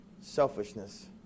selfishness